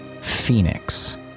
phoenix